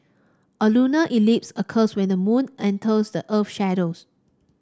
a lunar eclipse occurs when the moon enters the earth shadows